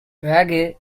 reggae